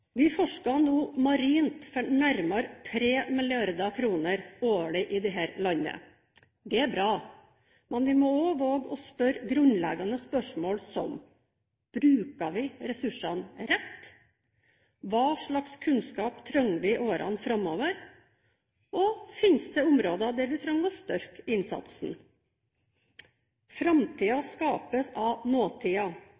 Vi forsker nå marint for nærmere 3 mrd. kr årlig i dette landet. Det er bra, men vi må også våge å spørre grunnleggende spørsmål, som: Bruker vi ressursene rett? Hva slags kunnskap trenger vi i årene framover? Fins det områder der vi trenger å styrke innsatsen?